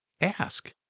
ask